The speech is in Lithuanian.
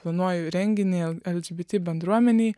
planuoju renginį lgbt bendruomenei